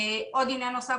עניין נוסף,